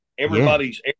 Everybody's